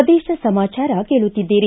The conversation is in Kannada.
ಪ್ರದೇಶ ಸಮಾಚಾರ ಕೇಳುತ್ತಿದ್ದೀರಿ